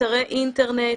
לאתרי אינטרנט,